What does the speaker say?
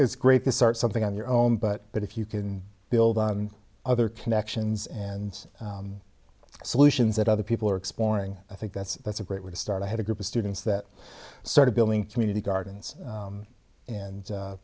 it's great to start something on your own but if you can build on other connections and solutions that other people are exploring i think that's that's a great way to start i had a group of students that started building community gardens and